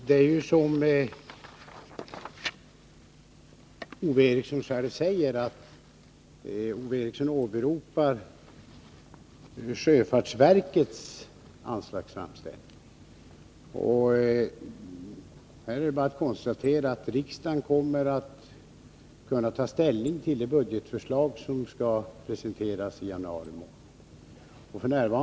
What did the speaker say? Herr talman! Ove Eriksson åberopar sjöfartsverkets anslagsframställning. Här är bara att konstatera att riksdagen kommer att kunna ta ställning till det budgetförslag som skall presenteras i januari månad.